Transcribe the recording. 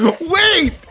Wait